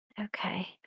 Okay